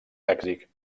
lèxic